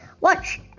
watch